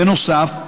בנוסף,